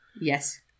Yes